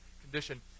condition